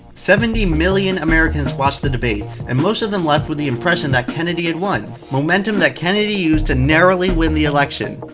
seventy million americans watched the debates, and most of them left with the impression that kennedy had won. momentum, that kennedy used to narrowly win the election.